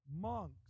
Monks